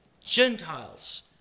Gentiles